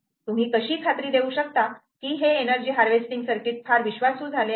तुम्ही कशी खात्री देऊ शकता की हे एनर्जी हार्वेस्टिंग सर्किट फार विश्वासू झाले आहे